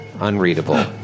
unreadable